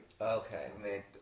okay